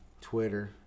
Twitter